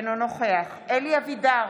אינו נוכח אלי אבידר,